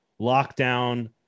lockdown